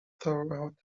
throughout